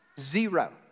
Zero